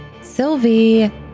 Sylvie